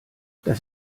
das